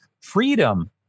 freedom